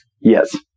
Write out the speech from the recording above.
Yes